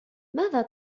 ماذا